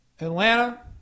Atlanta